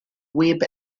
web